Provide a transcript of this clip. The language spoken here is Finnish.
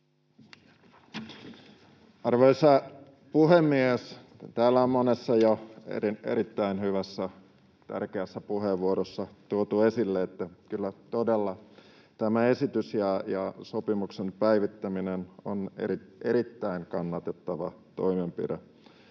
Arvoisa puhemies! Täällä on jo monessa erittäin hyvässä, tärkeässä puheenvuorossa tuotu esille, että kyllä todella tämä esitys ja sopimuksen päivittäminen on erittäin kannatettava toimenpide.